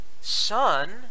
son